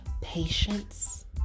patience